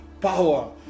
power